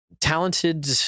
talented